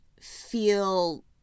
feel